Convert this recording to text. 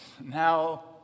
Now